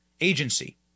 agency